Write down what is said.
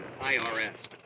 IRS